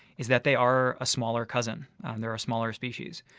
is that they are a smaller cousin, and they're a smaller species,